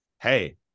Hey